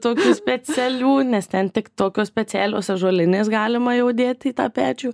tokių specialių nes ten tik tokios specialios ąžuolinės galima jau dėti į tą pečių